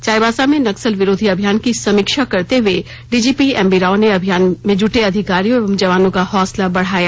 चाईबासा में नक्सल विरोधी अभियान की समीक्षा करते हुए डीजीपी एमवी राव ने अभियान में जुटे अधिकरियों एवं जवानों का हौसला बढ़ाया